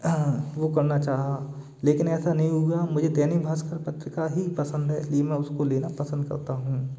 वो करना चाहा लेकिन ऐसा नहीं हुआ मुझे दैनिक भास्कर पत्रिका ही पसंद है इसलिए मैं उसको लेना पसंद करता हूँ